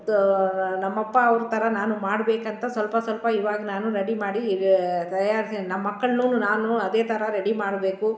ತ ನಮ್ಮಅಪ್ಪ ಅವ್ರ ಥರ ನಾನು ಮಾಡಬೇಕಂತ ಸ್ವಲ್ಪ ಸ್ವಲ್ಪ ಇವಾಗ ನಾನು ರೆಡಿ ಮಾಡಿ ತಯಾರಿಸಿ ನಮ್ಮಮಕ್ಕಳ್ನು ನಾನು ಅದೇ ಥರ ರೆಡಿ ಮಾಡಬೇಕು